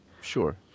Sure